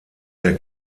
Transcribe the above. der